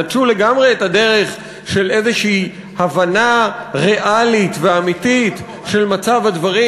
נטשו לגמרי את הדרך של איזושהי הבנה ריאלית ואמיתית של מצב הדברים,